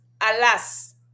alas